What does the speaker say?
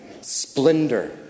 splendor